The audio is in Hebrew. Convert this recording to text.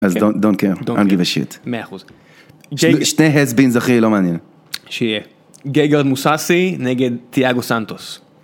אז דונקר, I don't give a shit. שני הסבינס הכי לא מעניינים. שיהיה, גגרד מוססי נגד תיאגו סנטוס.